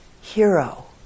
hero